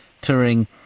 touring